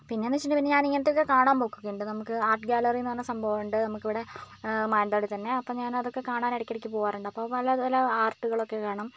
പിന്നെന്ന് വെച്ചിട്ടുണ്ടെങ്കിൽ പിന്നെ ഞാനിങ്ങനെത്തെതൊക്കെ കാണാൻ പോക്കൊക്കെയുണ്ട് നമുക്ക് ആർട്ഗ്യാലറിന്ന് പറഞ്ഞ സംഭവമുണ്ട് നമുക്കിവിടെ മാനന്തവാടിത്തന്നെ അപ്പം ഞാനതൊക്കെ കാണാൻ ഇടയ്ക്കിടക്ക് പോവാറുണ്ട് അപ്പോൾ പല പല ആർട്ടുകളൊക്കെ കാണാം